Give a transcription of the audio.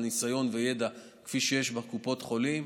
ניסיון וידע כפי שיש בקופות החולים.